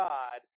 God